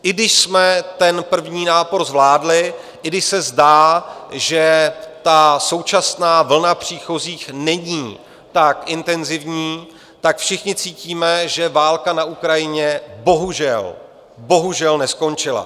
I když jsme ten první nápor zvládli, i když se zdá, že ta současná vlna příchozích není tak intenzivní, tak všichni cítíme, že válka na Ukrajině bohužel, bohužel neskončila.